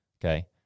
Okay